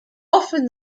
often